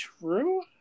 true